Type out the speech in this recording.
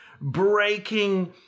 breaking